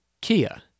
Kia